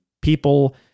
people